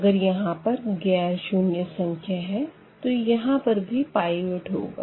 अगर यहां पर गैर शून्य संख्या है तो यहाँ पर भी पाइवट होगा